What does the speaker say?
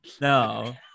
No